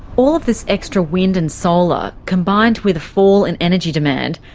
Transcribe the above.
all of this extra wind and solar, combined with the fall in energy demand,